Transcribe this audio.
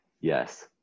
Yes